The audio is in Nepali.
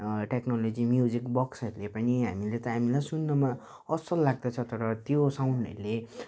टेक्नोलोजी म्युजिक बक्सहरूले पनि हामीले त हामीलाई सुन्नुमा असल लाग्दछ तर त्यो साउन्डहरूले